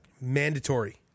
Mandatory